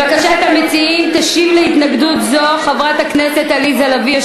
לבקשת המציעים תשיב על ההתנגדות הזאת חברת הכנסת עליזה לביא,